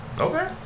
Okay